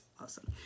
Awesome